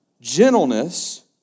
Gentleness